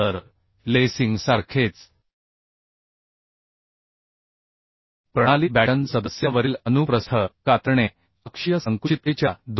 तर लेसिंगसारखेच प्रणाली बॅटन सदस्यावरील लॉन्जिट्युडिनल शिअर अक्षीय संकुचिततेच्या 2